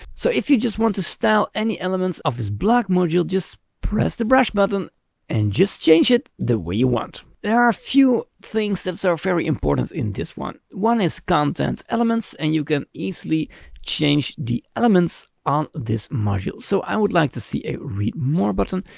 so if you just want to style any elements of this blog module, just press the brush button and just change it the way you want. there are a few things that so are very important in this one. one is content elements. and you can easily change the elements on this module. so i would like to see a read more button.